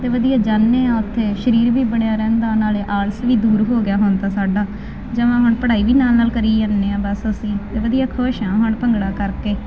ਤੇ ਵਧੀਆ ਜਾਨੇ ਆ ਉਥੇ ਸਰੀਰ ਵੀ ਬਣਿਆ ਰਹਿੰਦਾ ਨਾਲੇ ਆਲਸ ਵੀ ਦੂਰ ਹੋ ਗਿਆ ਹੁਣ ਤਾਂ ਸਾਡਾ ਜਵਾਂ ਹੁਣ ਪੜ੍ਹਾਈ ਵੀ ਨਾਲ ਨਾਲ ਕਰੀ ਜਾਦੇ ਆ ਬਸ ਅਸੀਂ ਵਧੀਆ ਖੁਸ਼ ਹਾਂ ਹੁਣ ਭੰਗੜਾ ਕਰਕੇ ਤੇ ਆਮ ਦਿਨ ਤਾਂ ਬਸ ਐਹੀ ਲੰਘ ਜਾਂਦਾ ਭੰਗੜਾ ਕਲਾਸ ਵਿੱਚ ਨਾਲ ਨਾਲ ਸਵੇਰੇ ਬੱਸ ਦੋ ਘੰਟੇ ਦੀ